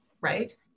right